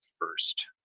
first